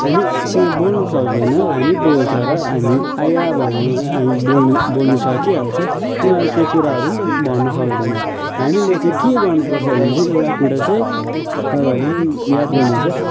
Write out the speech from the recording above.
हामीसँग बोल्नु सक्दैन हामी पो बोल्छ र हामी आइया भयो हामी बोल बोल्नु सकि हाल्छ उनीहरूले त्यो कुराहरू पनि भन्नु सक्देन हामीले चाहिँ के गर्नुपर्छ भन् चाहिँ एउटा कुरा चाहिँ तपाईँहरूले पनि याद गर्नु पर्छ